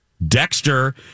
Dexter